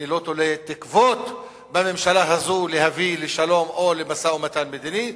אני לא תולה תקוות בממשלה הזו להביא לשלום או למשא-ומתן מדיני,